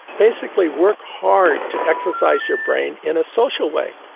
basically work hard to exercise your brain in a social way.